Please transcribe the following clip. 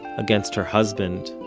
against her husband,